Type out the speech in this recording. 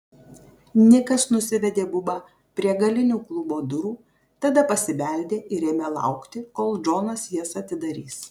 nikas nusivedė bubą prie galinių klubo durų tada pasibeldė ir ėmė laukti kol džonas jas atidarys